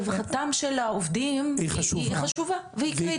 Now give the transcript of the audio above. רווחתם של העובדים היא חשובה והיא קריטית.